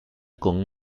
con